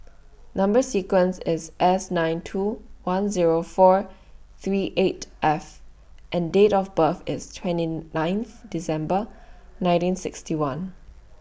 Number sequence IS S nine two one Zero four three eight F and Date of birth IS twenty ninth December nineteen sixty one